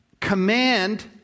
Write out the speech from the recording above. command